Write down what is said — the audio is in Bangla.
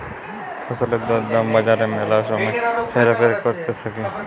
ফসলের দর দাম বাজারে ম্যালা সময় হেরফের ক্যরতে থাক্যে